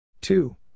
Two